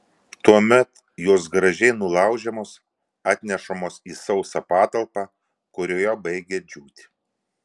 tuomet jos gražiai nulaužiamos atnešamos į sausą patalpą kurioje baigia džiūti